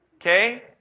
Okay